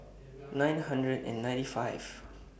nine hundred and ninety five